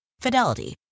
Fidelity